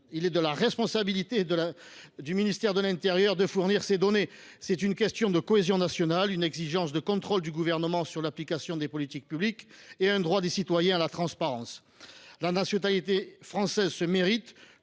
Il est de la responsabilité du ministre de l’intérieur de fournir ces données. Il s’agit d’une question de cohésion nationale, mais aussi d’une exigence de contrôle de l’application par le Gouvernement des politiques publiques et d’un droit des citoyens à la transparence. La nationalité française se mérite.